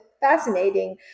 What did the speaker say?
fascinating